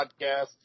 podcast